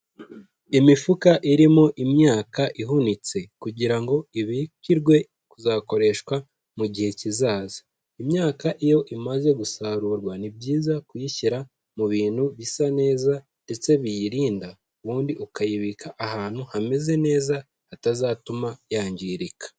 Imifuka irimo imyaka ihunitse kugira ngo ibikirwe kuzakoreshwa mu gihe kizaza. Imyaka iyo imaze gusarurwa ni byiza kuyishyira mu bintu bisa neza ndetse biyirinda, ubundi ukayibika ahantu hameze neza hatazatuma yangirika.